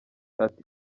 ati